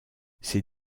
ces